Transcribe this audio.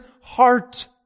heart